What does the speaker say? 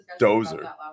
dozer